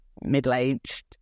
middle-aged